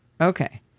okay